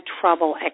trouble